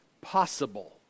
possible